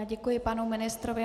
Děkuji panu ministrovi.